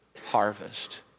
harvest